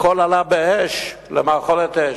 הכול עלה באש, מאכולת אש.